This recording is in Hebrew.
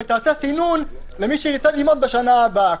ותעשה סינון למי שילמד בשנה הבאה.